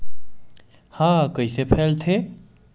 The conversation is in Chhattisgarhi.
ह कइसे फैलथे?